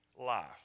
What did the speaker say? life